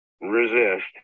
Resist